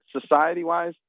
society-wise